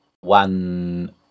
one